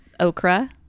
Okra